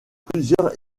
plusieurs